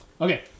Okay